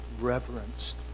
reverenced